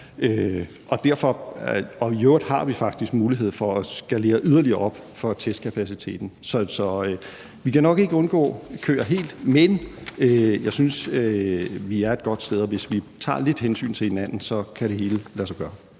I øvrigt har vi faktisk mulighed for at skalere yderligere op for testkapaciteten. Vi kan nok ikke helt undgå køer, men jeg synes, at vi er et godt sted, og hvis vi tager lidt hensyn til hinanden, kan det hele lade sig gøre.